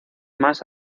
más